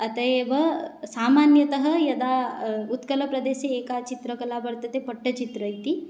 अतः एव सामान्यतः यदा उत्कलप्रदेशे एका चित्रकला वर्तते पट्टचित्रम् इति